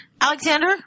Alexander